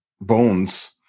bones